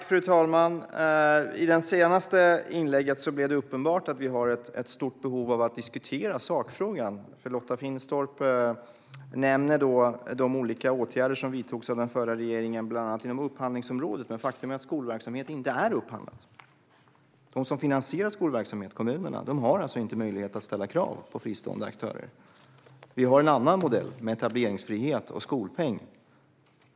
Fru talman! I det senaste inlägget blev det uppenbart att vi har ett stort behov av att diskutera sakfrågan. Lotta Finstorp nämnde de olika åtgärder som vidtogs av den förra regeringen, bland annat på upphandlingsområdet. Men faktum är att skolverksamhet inte är upphandlad. De som finansierar skolverksamhet, kommunerna, har alltså inte möjlighet att ställa krav på fristående aktörer. Vi har en annan modell med etableringsfrihet och skolpeng.